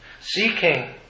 seeking